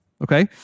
okay